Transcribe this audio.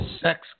sex